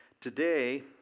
today